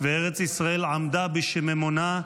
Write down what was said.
וארץ ישראל עמדה בשיממונה,